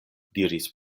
diris